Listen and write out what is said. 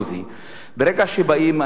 ברגע שבאים אנשים קיצוניים,